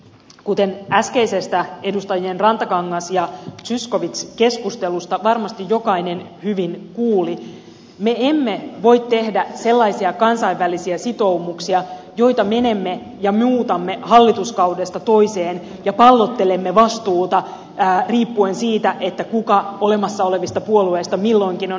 kuten äskeisestä edustajien rantakangas ja zyskowicz keskustelusta varmasti jokainen hyvin kuuli me emme voi tehdä sellaisia kansainvälisiä sitoumuksia joita muutamme hallituskaudesta toiseen ja pallottelemme vastuuta riippuen siitä kuka olemassa olevista puolueista milloinkin on hallituksessa